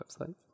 websites